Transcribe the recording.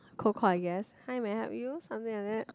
cold call I guess hi may I help you something like that